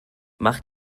mach